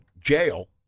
jail